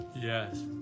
Yes